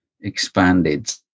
expanded